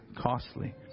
costly